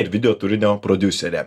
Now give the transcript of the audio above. ir video turinio prodiuserę